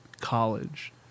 college